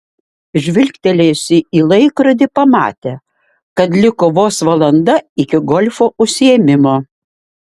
žvilgtelėjusi į laikrodį pamatė kad liko vos valanda iki golfo užsiėmimo